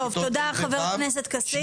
טוב תודה חבר הכנסת כסיף.